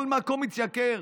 כל מקום התייקר.